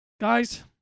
guys